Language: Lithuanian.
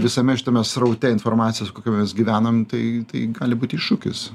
visame šitame sraute informacijos kokiame mes gyvenam tai tai gali būt iššūkis